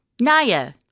Naya